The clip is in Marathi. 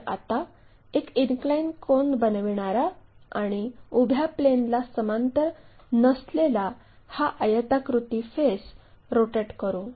तर आता एक इनक्लाइन कोन बनविणारा आणि उभ्या प्लेनला समांतर नसलेला हा आयताकृती फेस रोटेट करू